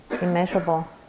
immeasurable